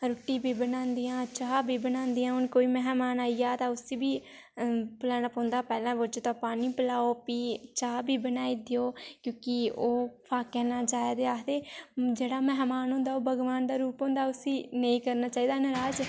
रुट्टी बी बनांदियां चाह् बी बनांदियां हून कोई मेह्मान आई जा तां उ'सी बी चाह् पलाना पौंदा पैह्ले मुज्ज ते पानी पलाओ प्ही चाह् बी बनाई देओ की कि ओह् फाक्के निं जा ते आखदे जेह्ड़ा मेह्मान होंदा ओह् भगवान दा रूप होंदा उ'सी नेईं करना चाहिदा नराज़